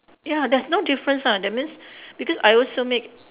ya there's no difference ah that means because I also make